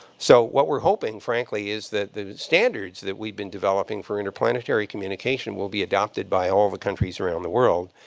so what we're hoping, frankly, is that the standards that we have been developing for interplanetary communication will be adopted by all the countries around the world.